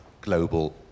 global